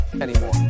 Anymore